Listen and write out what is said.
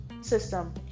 system